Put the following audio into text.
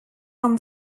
from